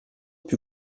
più